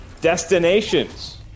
Destinations